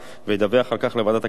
וידווח על כך לוועדת הכלכלה,